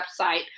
website